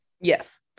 yes